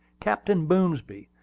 captain boomsby,